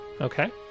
Okay